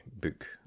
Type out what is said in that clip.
book